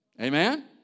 Amen